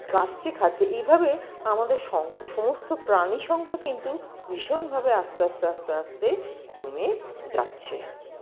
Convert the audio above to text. কাটছে খাচ্ছে এইভাবে আমাদের সম সমস্ত প্রাণী সংখ্যা কিন্তু ভীষণভাবে আস্তে আস্তে আস্তে আস্তে কমে যাচ্ছে